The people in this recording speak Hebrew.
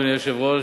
אדוני היושב-ראש,